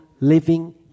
living